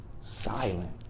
silent